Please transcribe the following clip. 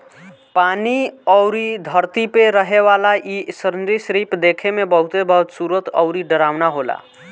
पानी अउरी धरती पे रहेवाला इ सरीसृप देखे में बहुते बदसूरत अउरी डरावना होला